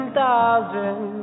thousand